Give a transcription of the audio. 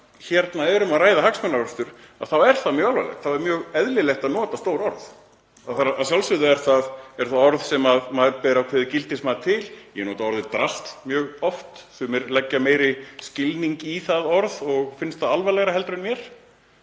hér er um að ræða hagsmunaárekstur þá er það mjög alvarlegt og þá er mjög eðlilegt að nota stór orð. Að sjálfsögðu eru það orð sem maður leggur ákveðið gildismat á, ég nota t.d. orðið drasl mjög oft, sumir leggja meiri merkingu í það orð og finnst það alvarlegra en mér.